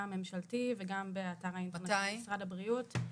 הממשלתי וגם באתר האינטרנט של משרד הבריאות.